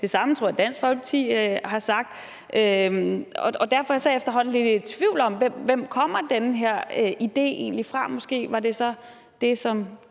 Det samme tror jeg at Dansk Folkeparti har sagt. Og derfor er jeg efterhånden lidt i tvivl om, hvem den her idé egentlig kommer fra. Måske var det så det, som